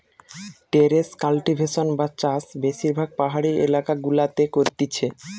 terrace cultivation বা চাষ বেশিরভাগ পাহাড়ি এলাকা গুলাতে করতিছে